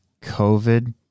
COVID